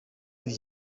live